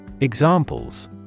Examples